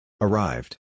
Arrived